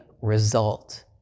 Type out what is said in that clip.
result